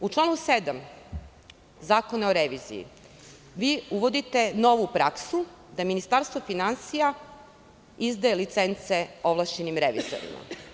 U članu 7. Zakona o reviziji, vi uvodite novu praksu da Ministarstvo finansija izdaje licence ovlašćenim revizorima.